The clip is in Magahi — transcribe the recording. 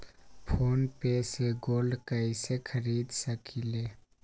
फ़ोन पे से गोल्ड कईसे खरीद सकीले?